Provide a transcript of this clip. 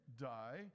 die